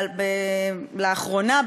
לאחרונה,